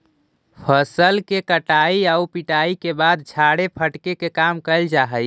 फसल के कटाई आउ पिटाई के बाद छाड़े फटके के काम कैल जा हइ